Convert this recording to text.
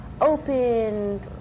open